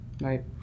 right